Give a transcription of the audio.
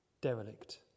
derelict